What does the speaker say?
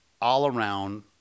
all-around